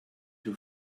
too